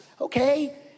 okay